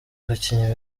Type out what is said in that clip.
abakinnyi